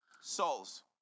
Souls